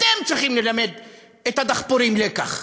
אתם צריכים ללמד את הדחפורים לקח.